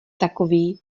takový